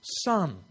son